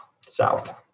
south